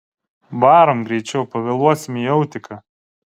varom greičiau pavėluosim į autiką